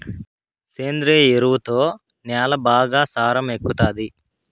సేంద్రియ ఎరువుతో న్యాల బాగా సారం ఎక్కుతాది